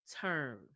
turn